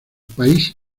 país